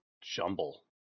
jumble